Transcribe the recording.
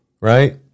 Right